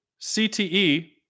CTE